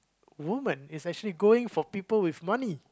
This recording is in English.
woman is actually going for people with money